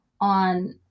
on